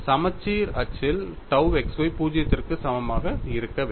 சமச்சீர் அச்சில் tau x y 0 க்கு சமமாக இருக்க வேண்டும்